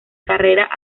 carreras